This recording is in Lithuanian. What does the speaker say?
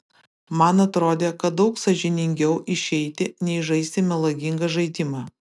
man atrodė kad daug sąžiningiau išeiti nei žaisti melagingą žaidimą